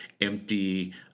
empty